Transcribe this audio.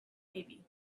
baby